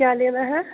क्या लेना है